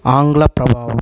ఆంగ్ల ప్రభావం